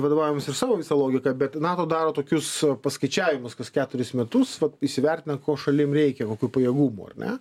vadovaujamės ir savo visa logika bet nato daro tokius paskaičiavimus kas keturis metus įsivertina ko šalim reikia kokių pajėgumų ar ne